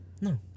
No